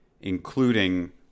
including